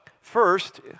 first